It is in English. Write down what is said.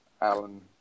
Alan